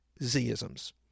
Zisms